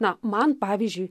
na man pavyzdžiui